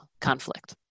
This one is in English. conflict